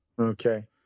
Okay